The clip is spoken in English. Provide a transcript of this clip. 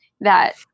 that-